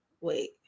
wait